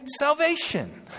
salvation